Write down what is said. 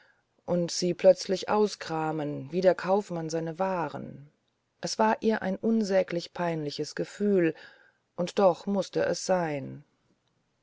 und sie plötzlich auskramen wie der kaufmann seine waren es war ihr ein unsäglich peinliches gefühl und doch mußte es sein